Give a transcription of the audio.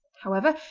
however,